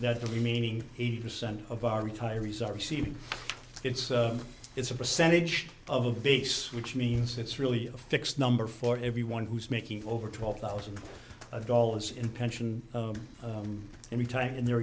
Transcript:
that the remaining eighty percent of our retirees are receiving it's it's a percentage of the base which means it's really a fixed number for everyone who's making over twelve thousand dollars in pension any time in their